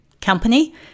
company